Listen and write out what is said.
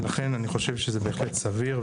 לכן אני חושב שזה בהחלט סביר,